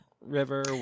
River